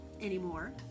anymore